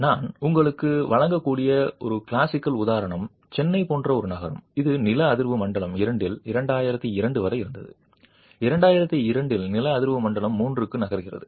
நான் உங்களுக்கு வழங்கக்கூடிய ஒரு கிளாசிக்கல் உதாரணம் சென்னை போன்ற ஒரு நகரம் இது நில அதிர்வு மண்டலம் 2 இல் 2002 வரை இருந்தது 2002 இல் நில அதிர்வு மண்டலம் 3 க்கு நகர்கிறது